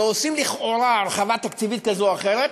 ועושים לכאורה הרחבה תקציבית כזו או אחרת,